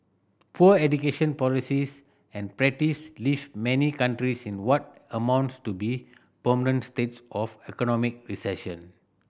poor education policies and practice leave many countries in what amounts to be permanent states of economic recession